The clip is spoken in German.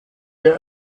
der